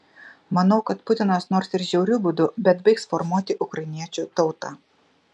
manau kad putinas nors ir žiauriu būdu bet baigs formuoti ukrainiečių tautą